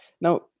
Now